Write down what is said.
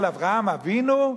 על אברהם אבינו?